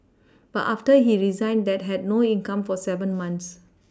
but after he resigned they had no income for seven months